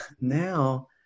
now